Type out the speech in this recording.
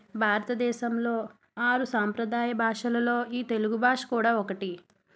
భారతదేశంలో ఆరు సాంప్రదాయ భాషలలో ఈ తెలుగు భాష కూడా ఒకటి